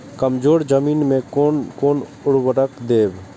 कमजोर जमीन में कोन कोन उर्वरक देब?